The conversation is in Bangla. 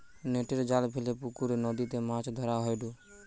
নেটের জাল ফেলে পুকরে, নদীতে মাছ ধরা হয়ঢু